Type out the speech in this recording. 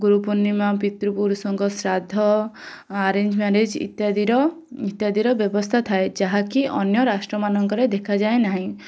ଗୁରୁପୂର୍ଣ୍ଣିମା ପିତୃପୁରୁଷଙ୍କ ଶ୍ରାଦ୍ଧ arrange marriage ଇତ୍ୟାଦିର ଇତ୍ୟାଦିର ବ୍ୟବସ୍ଥା ଥାଏ ଯାହାକି ଅନ୍ୟ ରାଷ୍ଟ୍ରମାନଙ୍କରେ ଦେଖାଯାଏ ନାହିଁ